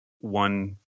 one